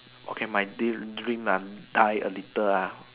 okay my dream uh die a little ah